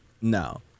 No